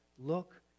Look